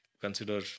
consider